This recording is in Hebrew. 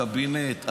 הקבינט,